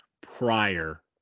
prior